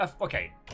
Okay